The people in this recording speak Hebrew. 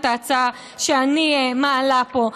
את ההצעה שאני מעלה פה.